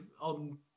on